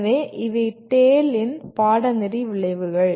எனவே இவை TALE இன் பாடநெறி விளைவுகள்